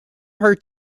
her